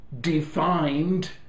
defined